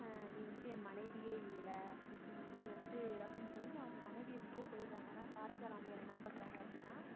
நீ வந்துவிட்டு என் மனைவியே இல்லை நீ வந்துவிட்டு அப்படின்னு சொல்லி அவங்க மனைவியை விட்டே போயிடுறாங்க அதனால் காரைக்கால் அம்மையார் என்ன பண்ணுறாங்க அப்படினா